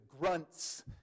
grunts